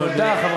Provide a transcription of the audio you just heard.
חבר